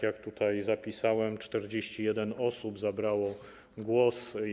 Jak zapisałem, 41 osób zabrało głos.